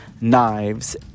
knives